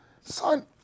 son